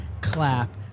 clap